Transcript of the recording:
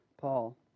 Paul